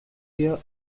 deer